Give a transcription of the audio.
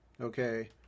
Okay